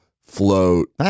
float